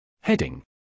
Heading